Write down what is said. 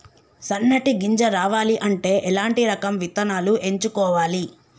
సన్నటి గింజ రావాలి అంటే ఎలాంటి రకం విత్తనాలు ఎంచుకోవాలి?